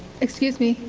excuse me?